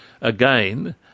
Again